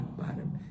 bottom